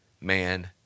man